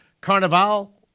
Carnival